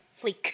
Fleek